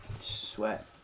Sweat